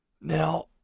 Now